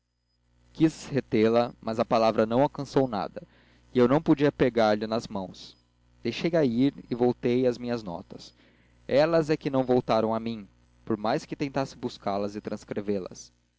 quis retê la mas a palavra não alcançou nada e eu não podia pegar-lhe nas mãos deixei-a ir e voltei às minha notas elas é que não voltaram a mim por mais que tentasse buscá-las e transcrevê las lalau